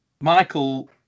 Michael